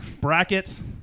brackets